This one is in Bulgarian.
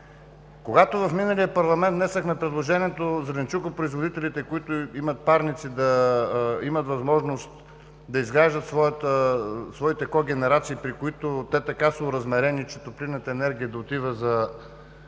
Когато в миналия парламент внесохме предложението зеленчукопроизводителите, които имат парници, да имат възможност да изграждат своите когенерации, при които такива са оразмерени, че топлинната енергия да отива за